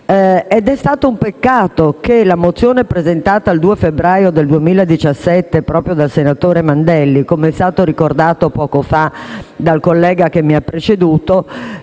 È stato un peccato che la mozione presentata il 2 febbraio 2017, proprio dal senatore Mandelli - come è stato ricordato poco fa dal collega che mi ha preceduto